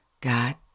God